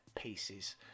pieces